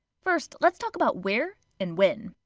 first, let's talk about where and when.